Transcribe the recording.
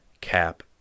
Cap